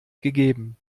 gegeben